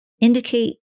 indicate